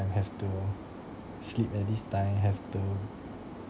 and have to sleep at this time have to